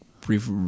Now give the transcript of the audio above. brief